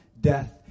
death